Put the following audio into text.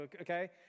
okay